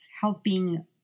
helping